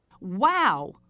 Wow